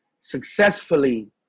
successfully